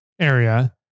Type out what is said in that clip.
area